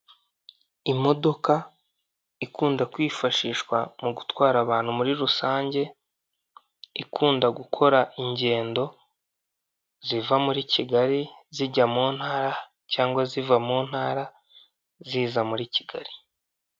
Imodoka ikunda kwifashishwa mu gutwara abantu muri rusange, ikunda gukora ingendo ziva muri kigali zijya mu ntara cyangwa ziva mu ntara ziza muri kigali.